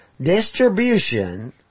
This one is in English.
distribution